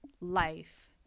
life